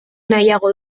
nahiago